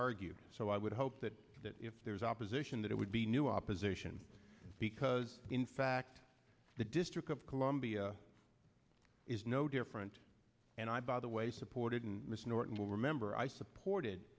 argued so i would hope that that if there is opposition that it would be new opposition because in fact the district of columbia is no different and i by the way supported and mr norton will remember i supported